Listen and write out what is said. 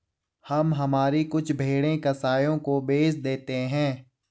हम हमारी कुछ भेड़ें कसाइयों को बेच देते हैं